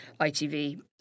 ITV